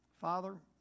Father